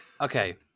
Okay